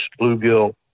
bluegill